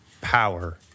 power